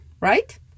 right